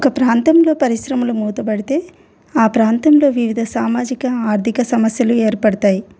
ఒక ప్రాంతంలో పరిశ్రమలు మూతబడితే ఆ ప్రాంతంలో వివిధ సామాజిక ఆర్థిక సమస్యలు ఏర్పడతాయి